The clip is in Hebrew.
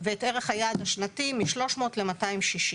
ואת ערך היעד השנתי מ-300 ל-260.